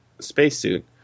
spacesuit